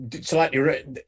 slightly